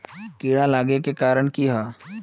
कीड़ा लागे के कारण की हाँ?